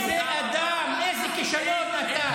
איזה אדם, איזה כישלון אתה.